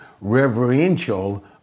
reverential